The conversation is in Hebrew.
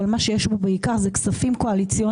אבל מה שיש בו בעיקר זה כספים קואליציוניים,